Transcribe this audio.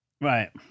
right